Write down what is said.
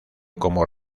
como